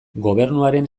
gobernuaren